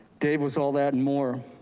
dave was all that and more.